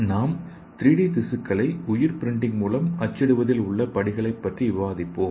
நாம் 3டி திசுக்களை உயிர் பிரிண்டிங் மூலம் அச்சிடுவதில் உள்ள படிகளைப் பற்றி விவாதிப்போம்